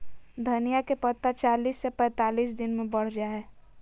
धनिया के पत्ता चालीस से पैंतालीस दिन मे बढ़ जा हय